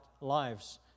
lives